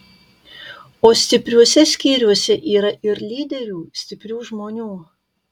o stipriuose skyriuose yra ir lyderių stiprių žmonių